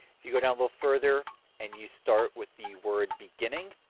if you go down a little further and you start with the word beginning.